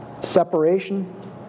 separation